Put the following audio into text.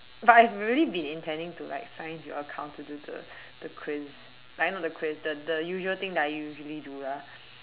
but I have really been intending to like find a account to do the quiz like not the quiz the the usual thing I usually do lah